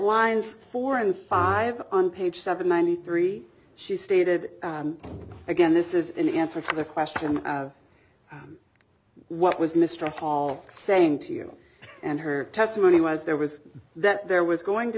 winds four and five on page seven ninety three she stated again this is in answer to the question what was mr hall saying to you and her testimony was there was that there was going to